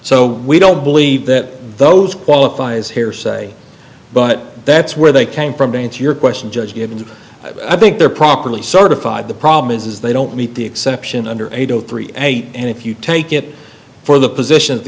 so we don't believe that those qualify as hearsay but that's where they came from to answer your question judge given that i think they're properly certified the problem is they don't meet the exception under eight zero three eight and if you take it for the position